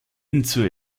into